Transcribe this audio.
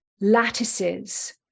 lattices